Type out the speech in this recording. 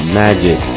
magic